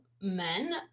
men